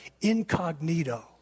incognito